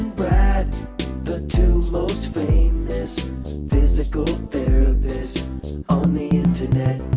brad the two most famous physical therapists on the internet